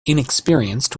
inexperienced